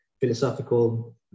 philosophical